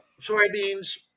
soybeans